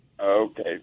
Okay